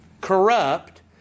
corrupt